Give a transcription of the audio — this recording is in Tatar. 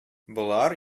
болар